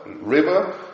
river